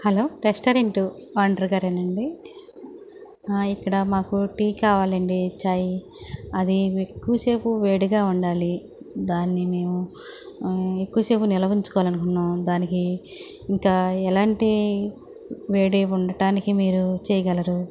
hello restaurant owner గారేనండి ఇక్కడ మాకు టీ కావాలండి ఛాయ్ అది ఎక్కువసేపు వేడిగా ఉండాలి దాన్ని మేము ఎక్కువసేపు నిలవ ఉంచుకోవాలి అనుకున్నాం దానికి ఇంకా ఎలాంటి వేడి ఉండటానికి మీరు చేయగలరు